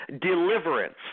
deliverance